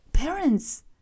parents